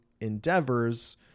endeavors